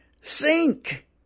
sink